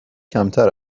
کمتر